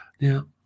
Now